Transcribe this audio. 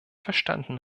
verstanden